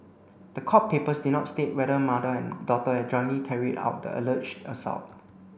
the court papers did not state whether mother and daughter had jointly carried out the alleged assault